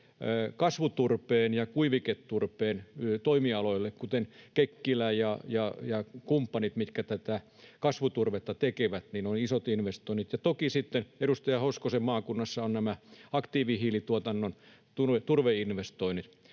kasvuturpeen ja kuiviketurpeen toimialoille, kuten Kekkilä ja kumppanit, mitkä tätä kasvuturvetta tekevät — isot investoinnit. Toki sitten edustaja Hoskosen maakunnassa ovat nämä aktiivihiilituotannon turveinvestoinnit